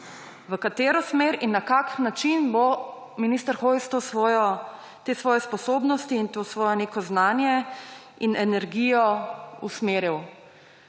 v katero smer in na kakšen način bo minister Hojs te svoje sposobnosti in svoje neko znanje in energijo usmeril.